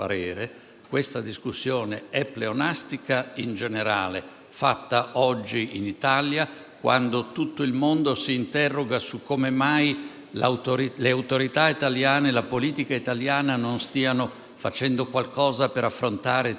questa discussione è pleonastica in generale e viene fatta oggi in Italia quando tutto il mondo si interroga su come mai le autorità e la politica italiana non stiano facendo qualcosa per affrontare temi